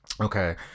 okay